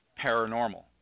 Paranormal